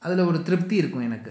அதில் ஒரு திருப்த்தி இருக்கும் எனக்கு